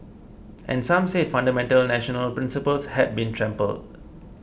and some said fundamental national principles had been trampled